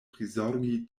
prizorgi